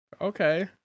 Okay